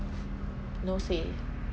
no say